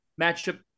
matchup